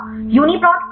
UniProt क्या है